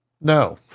No